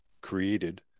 created